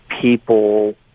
people